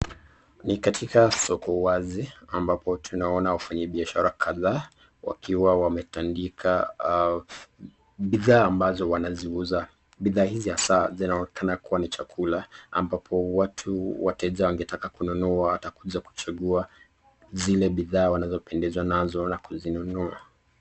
Ni katika soko wazi ambapo tunaona wafanyabiashara kadhaa wakiwa wametandika bidhaa ambazo wanaziuza. Bidhaa hizi hasaa zinaonekana kuwa ni chakula ambapo watu wateja wangetaka kununua watakuja kuchagua zile bidhaa wanazo pendezwa nazo na kuzinunua.